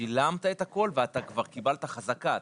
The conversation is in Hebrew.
שילמת את הכול וקיבלת חזקה,